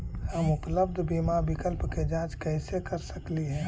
हम उपलब्ध बीमा विकल्प के जांच कैसे कर सकली हे?